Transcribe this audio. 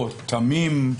או תמים.